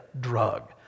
drug